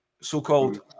so-called